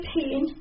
pain